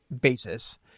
basis